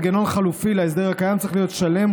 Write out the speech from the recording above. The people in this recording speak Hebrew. מנגנון חלופי להסדר הקיים צריך להיות שלם,